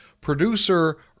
producer